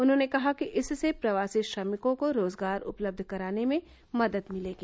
उन्होंने कहा कि इससे प्रवासी श्रमिकों को रोजगार उपलब्ध कराने में मदद मिलेगी